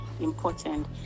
important